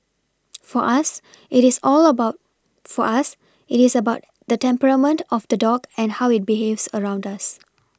for us it is all about for us it is about the temperament of the dog and how it behaves around us